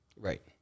Right